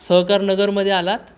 सहकार नगरमध्ये आलात